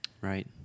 Right